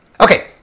Okay